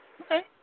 Okay